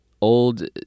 old